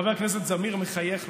חבר הכנסת זמיר מחייך לו,